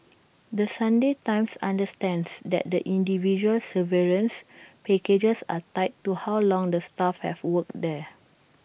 the Sunday times understands that the individual severance packages are tied to how long the staff have worked there